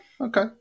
okay